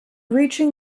reaching